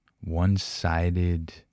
one-sided